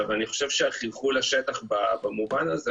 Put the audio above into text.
אני חושב שהחלחול לשטח במובן הזה,